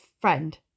friend